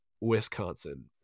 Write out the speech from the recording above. Wisconsin